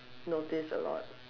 notice a lot